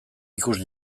ikusi